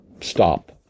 Stop